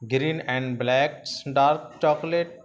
green and blacks dark chocolate